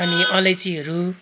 अनि अलैँचीहरू